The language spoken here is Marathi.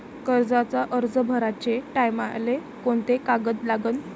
कर्जाचा अर्ज भराचे टायमाले कोंते कागद लागन?